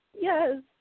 Yes